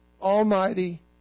almighty